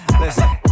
listen